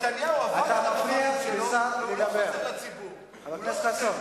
נתניהו עבד על ציבור הבוחרים שלו, חבר הכנסת חסון.